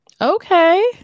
Okay